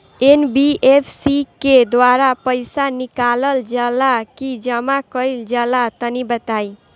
NBFC के द्वारा पईसा निकालल जला की जमा कइल जला तनि बताई?